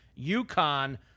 UConn